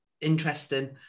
interesting